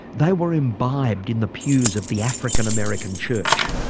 they were imbibed in the pews of the african american church.